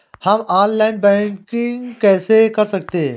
हम online banking कैसे कर सकते हैं?